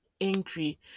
angry